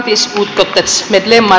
herr talman